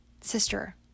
sister